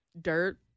Dirt